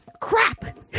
crap